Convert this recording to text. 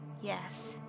Yes